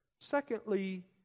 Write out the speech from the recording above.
Secondly